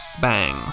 Bang